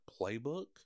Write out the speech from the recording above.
playbook